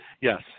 Yes